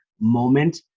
moment